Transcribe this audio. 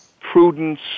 prudence